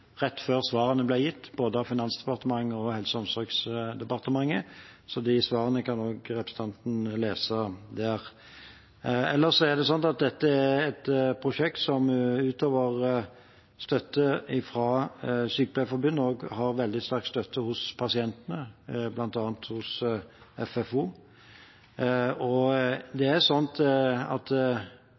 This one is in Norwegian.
rett før svarene ble gitt både av Finansdepartementet og av Helse- og omsorgsdepartementet, så de svarene kan også representanten lese der. Ellers er det sånn at dette er et prosjekt som utover støtte fra Sykepleierforbundet også har veldig sterk støtte hos pasientene, bl.a. hos FFO. Jeg har ikke på noe som helst tidspunkt sagt at